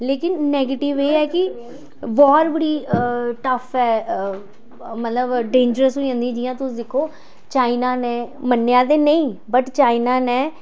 लेकिन नेगेटिव एह् ऐ कि बाह्र बड़ी टफ ऐ मतलब डेंजरस होई जंदियां जि'यां तुस दिक्खो चाइना ने मन्नेआ ते नेईं वट चाइना ने